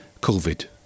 COVID